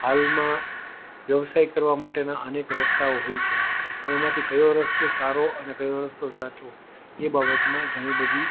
હાલમાં વ્યવસાય કરવા માટેના અનેક રસ્તાઓ હોય છે પણ એમાંથી કયો રસ્તો સારો અને કયો રસ્તો સાચો એ બાબતમાં ઘણી બધી